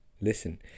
listen